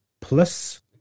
plus